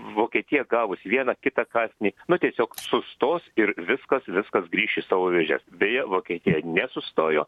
vokietija gavusi vieną kitą kąsnį nu tiesiog sustos ir viskas viskas grįš į savo vėžes beje vokietija nesustojo